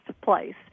place